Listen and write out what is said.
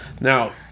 Now